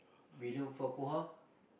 William-Farquhar